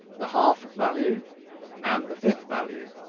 the half value and the fifth value,